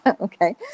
Okay